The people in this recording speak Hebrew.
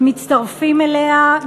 מצטרפים אליה.